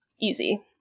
Easy